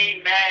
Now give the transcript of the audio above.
Amen